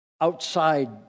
outside